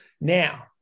now